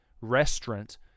restaurant